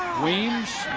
weans,